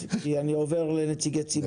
כי אני עובר לנציגי ציבור אחרים.